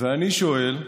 ואני שואל: